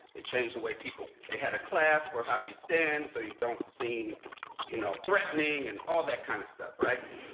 they changed the way people they had a class for how you stand, so you don't seem you know threatening and all that kind of stuff. right?